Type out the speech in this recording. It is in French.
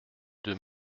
deux